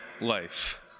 life